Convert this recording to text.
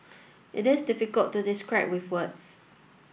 it is difficult to describe with words